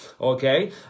Okay